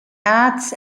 arts